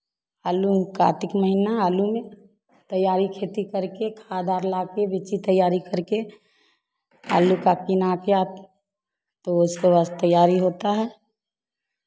आलु में कार्तिक महीना आलू में तैयारी खेती करके खाद आर लाकर बिची तैयारी करके आलू का किनाके आत तो उसको बस तैयारी होता है